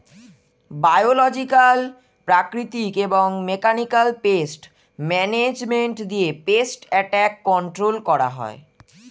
biological, প্রাকৃতিক এবং mechanical pest management দিয়ে পেস্ট অ্যাটাক কন্ট্রোল করা হয়